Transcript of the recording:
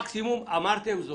תקשיבו טוב-טוב.